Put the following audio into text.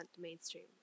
mainstream